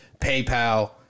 PayPal